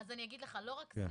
אז לא רק זה